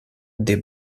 des